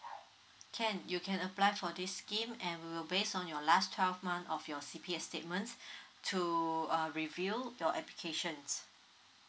can you can apply for this scheme and we will based on your last twelve month of your C_P_F statements to uh review your application